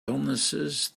illnesses